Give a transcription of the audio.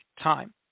time